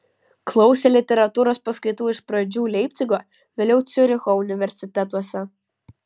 klausė literatūros paskaitų iš pradžių leipcigo vėliau ciuricho universitetuose